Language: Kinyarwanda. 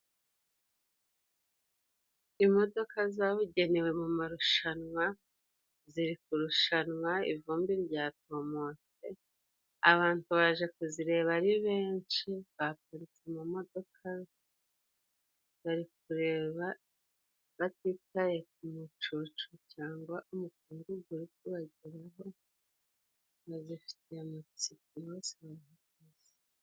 Imodoka zabugenewe mu marushanwa ziri kurushanwa, ivumbi ryatumutse, abantu baje kuzireba ari benshi baparitse mu modoka bari kureba batitaye ku mucucu cyangwa umukungugu bayigeraho bazifitiye amatsiko umunsi.